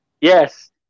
Yes